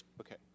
Okay